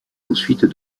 ensuite